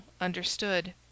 understood